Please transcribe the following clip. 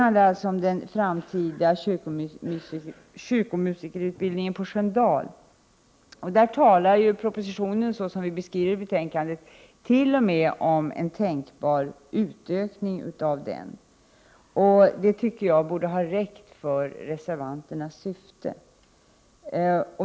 Reservation 2 handlar om den framtida kyrkomusikerutbildningen på Sköndal. Propositionen talar, såsom vi skrivit i betänkandet, t.o.m. om en tänkbar utökning av utbildningen. Det tycker jag borde ha räckt för reservanternas syften.